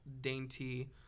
dainty